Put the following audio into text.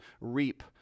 reap